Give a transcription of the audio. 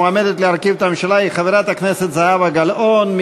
המועמדת להרכיב את הממשלה היא חברת הכנסת זהבה גלאון.